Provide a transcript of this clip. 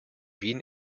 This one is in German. wien